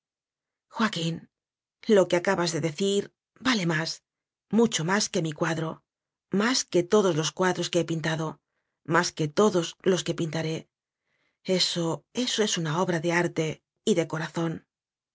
joaquín lo que acabas de decir vale más mucho más que mi cuadro más que todos los cuadros que he pintado más que todos los que pintaré eso eso es una obra de arte y de corazón